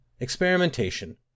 experimentation